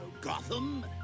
Gotham